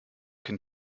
can